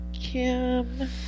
Kim